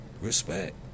Respect